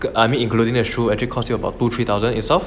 the army including the shoe actually cost you about two three thousand itself